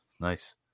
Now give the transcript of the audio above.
Nice